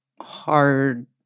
hard